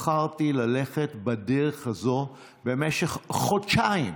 בחרתי ללכת בדרך הזו במשך חודשיים.